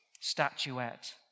statuette